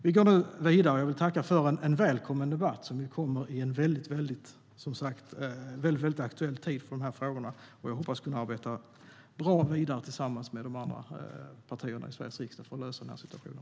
Vi går nu vidare. Jag vill tacka för en välkommen debatt som kom i en väldigt aktuell tid för de här frågorna. Jag hoppas kunna arbeta vidare bra tillsammans med de andra partierna i Sveriges riksdag för att lösa den här situationen.